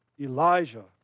Elijah